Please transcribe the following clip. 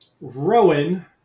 Rowan